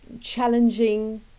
challenging